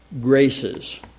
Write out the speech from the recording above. graces